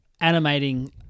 animating